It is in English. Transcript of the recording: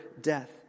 death